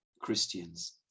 christians